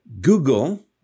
Google